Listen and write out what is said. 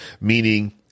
Meaning